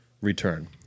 return